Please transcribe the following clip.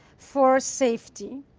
for safety,